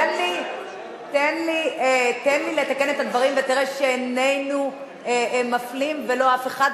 תן לי לתקן את הדברים ותראה שאיננו מפלים ולא אף אחד,